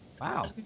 Wow